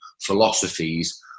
philosophies